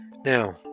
now